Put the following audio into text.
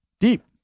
deep